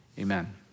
Amen